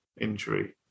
injury